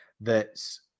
thats